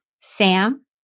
Sam